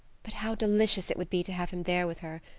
but how delicious it would be to have him there with her!